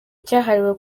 cyahariwe